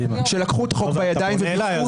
שלקחו את החוק בידיים וביצעו פוגרום.